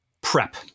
Prep